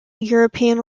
european